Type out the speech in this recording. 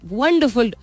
wonderful